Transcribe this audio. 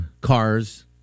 Cars